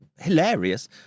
hilarious